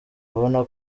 abona